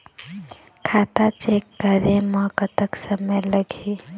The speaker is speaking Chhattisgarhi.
खाता चेक करे म कतक समय लगही?